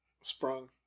Sprung